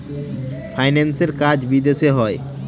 ফাইন্যান্সের কাজ বিদেশে হয়